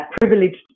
Privileged